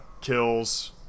kills